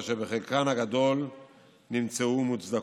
אשר בחלקן הגדול נמצאו מוצדקות,